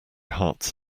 hearts